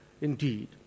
indeed